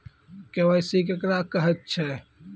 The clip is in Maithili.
के.वाई.सी केकरा कहैत छै?